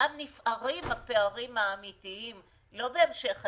שם נפערים הפערים האמיתיים, לא בהמשך הדרך,